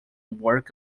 work